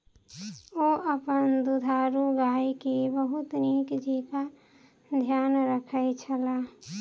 ओ अपन दुधारू गाय के बहुत नीक जेँका ध्यान रखै छला